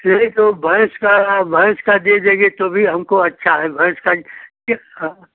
चलिए तो भैंस का भैंस का दे देंगे तो भी हमको अच्छा है भैंस का